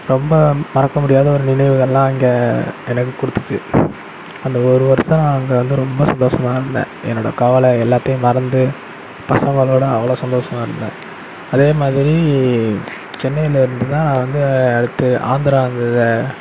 ரொம்ப மறக்க முடியாத ஒரு நினைவுகள்லாம் அங்கே எனக்கு கொடுத்துச்சி அந்த ஒரு வருஷம் நான் அங்கே வந்து ரொம்ப சந்தோஷமாக தான் இருந்தேன் என்னோட கவலை எல்லாத்தையும் மறந்து பசங்களோடு அவ்வளோ சந்தோஷமா இருந்தேன் அதே மாதிரி சென்னையில் இருந்து தான் நான் வந்து அடுத்து ஆந்திரா அங்கே இது